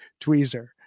tweezer